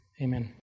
Amen